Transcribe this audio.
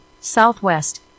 Southwest